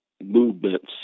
movements